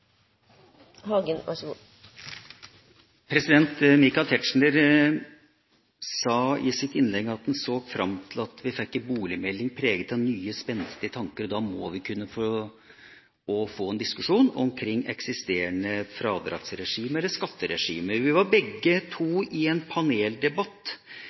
Michael Tetzschner sa i sitt innlegg at han så fram til at vi fikk en boligmelding preget av nye, spennende tanker. Da må vi også få en diskusjon omkring eksisterende fradragsregime eller skatteregime. Vi var begge